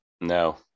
No